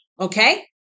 okay